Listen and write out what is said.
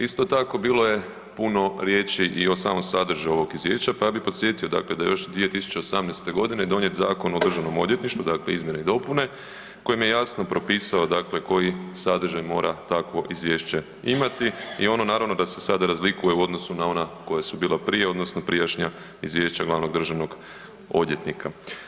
Isto tako, bilo je puno riječi i o samom sadržaju ovog Izvješća pa bih podsjetio dakle da je još 2018. g. donijet Zakon o Državnom odvjetništvu, dakle izmjene i dopune kojim je jasno propisao dakle koji sadržaj mora takvo izvješće imati i ono naravno da se sada razlikuje u odnosu na ona koja su bila prije, odnosno prijašnja izvješća glavnog državnog odvjetnika.